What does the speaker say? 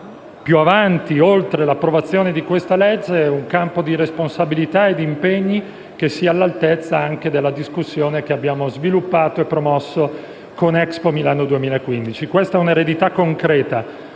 più avanti, oltre l'approvazione di questa legge, un campo di responsabilità e di impegni che sia all'altezza della discussione che abbiamo sviluppato e promosso con Expo Milano 2015. Questa è un'eredità concreta